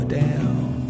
down